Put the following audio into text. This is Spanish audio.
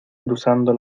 cruzando